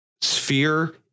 sphere